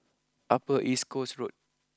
Upper East Coast Road